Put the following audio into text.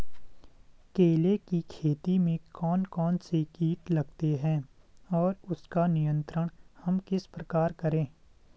केले की खेती में कौन कौन से कीट लगते हैं और उसका नियंत्रण हम किस प्रकार करें?